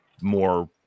more